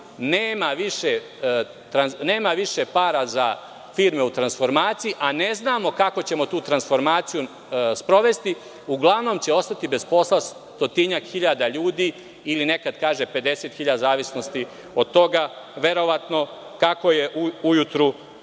nema više para za firme u transformaciji, a ne znamo kako ćemo tu transformaciju sprovesti. Uglavnom će ostati bez posla stotinak hiljada ljudi ili nekad kaže 50.000, zavisno od toga verovatno kako je ujutru